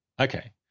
Okay